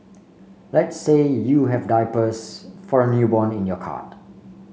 let's say you have diapers for a newborn in your cart